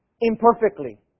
imperfectly